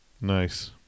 Nice